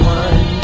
one